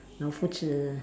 老夫子